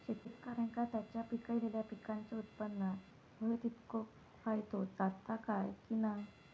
शेतकऱ्यांका त्यांचा पिकयलेल्या पीकांच्या उत्पन्नार होयो तितको फायदो जाता काय की नाय?